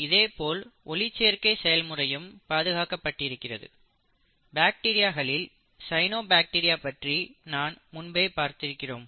இதேபோல் ஒளிச் சேர்க்கை செயல்முறையும் பாதுகாக்கப்படுகிறது பாக்டீரியாக்களில் சையனோபாக்டீரியா பற்றி நாம் முன்பே பார்த்திருக்கிறோம்